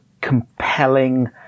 compelling